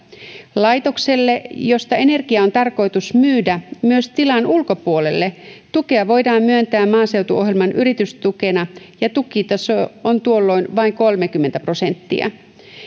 laitokselle josta energiaa on tarkoitus myydä myös tilan ulkopuolelle tukea voidaan myöntää maaseutuohjelman yritystukena ja tukitaso on tuolloin vain kolmekymmentä prosenttia